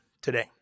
today